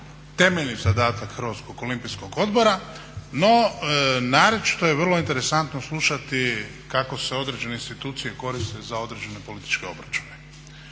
temeljni zadatak Hrvatskog olimpijskog odbora. No naročito je vrlo interesantno slušati kako se određene institucije koriste za određene političke obračune.